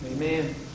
Amen